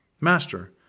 Master